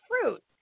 fruit